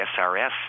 SRS